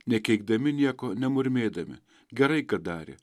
ne keikdami nieko nemurmėdami gerai kad darė